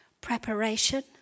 preparation